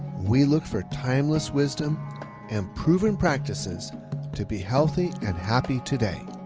we look for timeless wisdom and proven practices to be healthy and happy today.